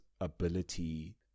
ability